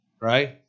right